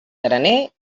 graner